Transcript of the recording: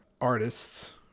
artists